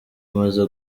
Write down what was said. umaze